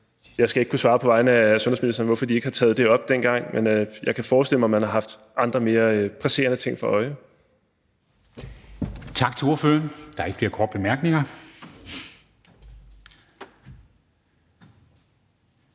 Jeg skal ikke kunne svare på vegne af sundhedsministeren på, hvorfor de ikke har taget det op dengang. Men jeg kan forestille mig, at man har haft andre mere presserende ting for øje. Kl. 14:30 Formanden (Henrik Dam Kristensen):